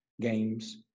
games